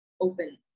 open